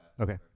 Okay